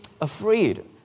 afraid